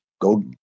go